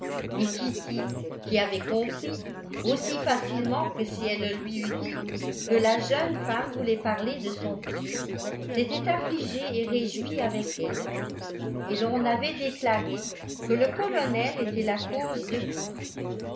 qui avait compris aussi facilement que si elle le lui eût dit que la jeune femme voulait parler de son pied s'était affligée et réjouie avec elle et l'on avait déclaré que le colonel était la cause de tout